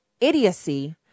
idiocy